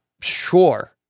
sure